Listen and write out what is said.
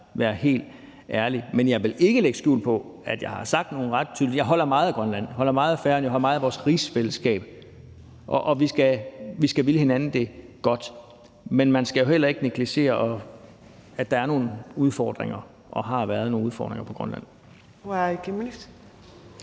Men jeg vil ikke lægge skjul på, at jeg har sagt nogle ret tydelige ... Jeg holder meget af Grønland, jeg holder meget af Færøerne, jeg holder meget af vores rigsfællesskab, og vi skal ville hinanden det godt, men man skal jo heller ikke negligere, at der er nogle udfordringer og har været nogle udfordringer på Grønland. Kl. 15:10 Anden